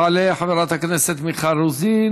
תעלה חברת הכנסת מיכל רוזין,